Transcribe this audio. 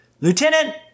Lieutenant